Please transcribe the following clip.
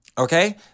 Okay